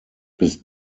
bis